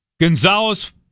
Gonzalez